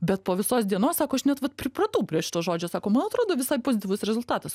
bet po visos dienos sako aš net vat pripratau prie šito žodžio sako man atrodo visai pozityvus rezultatas